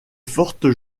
fortes